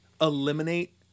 eliminate